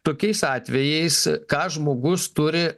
tokiais atvejais ką žmogus turi